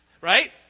Right